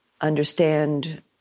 understand